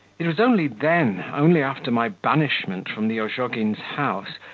it was only then, only after my banishment from the ozhogins' house,